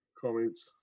comments